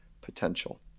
potential